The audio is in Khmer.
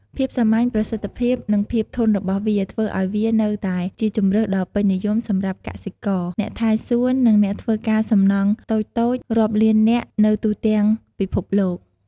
ភាពសាមញ្ញ ប្រសិទ្ធភាព និងភាពធន់របស់វា ធ្វើឱ្យវានៅតែជាជម្រើសដ៏ពេញនិយមសម្រាប់កសិករ អ្នកថែសួន និងអ្នកធ្វើការសំណង់តូចៗរាប់លាននាក់នៅទូទាំងពិភពលោក។